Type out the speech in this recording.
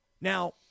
Now